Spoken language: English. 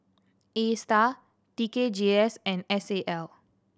Astar T K G S and S A L